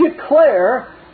declare